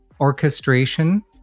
orchestration